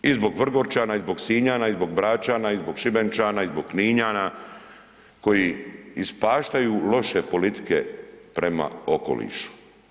I zbog Vrgorčana i zbog Sinjana i zbog Bračana i zbog Šibenčana i zbog Kninjana koji ispaštaju loše politike prema okolišu.